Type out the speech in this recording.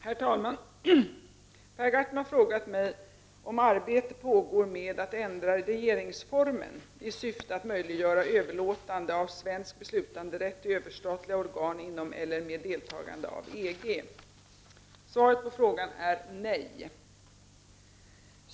Herr talman! Per Gahrton har frågat mig om arbete pågår med att ändra regeringsformen i syfte att möjliggöra överlåtande av svensk beslutanderätt till överstatliga organ inom eller med deltagande av EG. Svaret är nej.